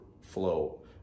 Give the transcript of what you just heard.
flow